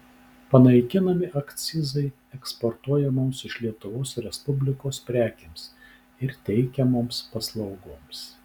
panaikinami akcizai eksportuojamoms iš lietuvos respublikos prekėms ir teikiamoms paslaugoms